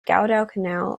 guadalcanal